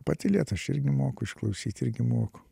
patylėt aš irgi moku išklausyt irgi moku